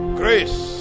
grace